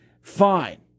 fine